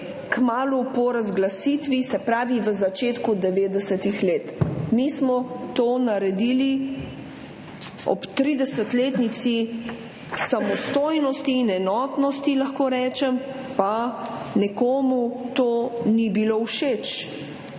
kmalu po razglasitvi, se pravi v začetku 90. let. Mi smo to naredili ob 30-letnici samostojnosti in enotnosti, lahko rečem, pa nekomu to ni bilo všeč.